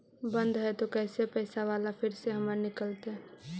बन्द हैं त कैसे पैसा बाला फिर से हमर निकलतय?